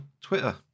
Twitter